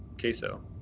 queso